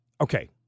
Okay